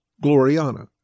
Gloriana